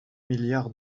milliard